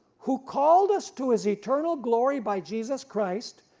who called us to his eternal glory by jesus christ,